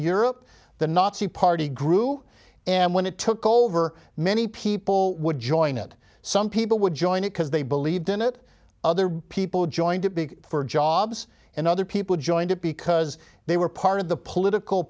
europe the nazi party grew and when it took over many people would join it some people would join it because they believed in it other people joined it big for jobs and other people joined it because they were part of the political